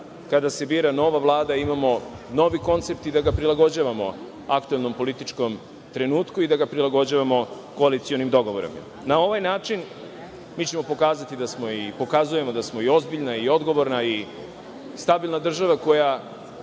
kada se bira nova vlada, imamo novi koncept i da ga prilagođavamo aktuelnom političkom trenutku i da ga prilagođavamo koalicionim dogovorima. Na ovaj način mi ćemo pokazati, i pokazujemo, da smo i ozbiljna, i odgovorna i stabilna država koja